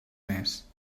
més